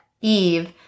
Eve